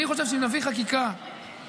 אני חושב שאם נביא חקיקה חד-צדדית,